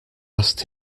asked